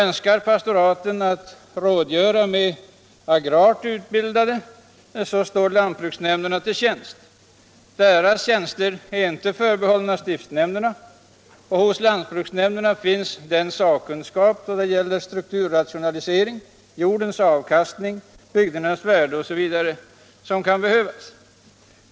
Önskar pastoraterna rådgöra med agrart utbildade, så står lantbruksnämnderna till tjänst. Deras tjänster är inte förbehållna stiftshämnderna. Hos lantbruksnämnderna finns den sakkunskap då det gäller strukturrationalisering, jordens avkastning, byggnadernas värde osv. som kan behövas.